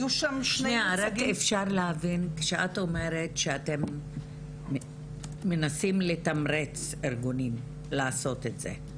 כשאת אומרת שאתם מנסים לתמרץ ארגונים לעשות את זה.